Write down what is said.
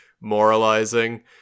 moralizing